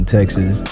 Texas